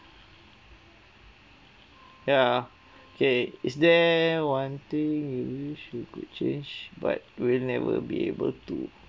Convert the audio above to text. ya okay is there one thing you wish you could change but will never be able to